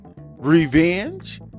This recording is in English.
Revenge